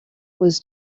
was